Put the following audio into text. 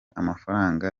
amafaranga